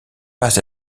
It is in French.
pas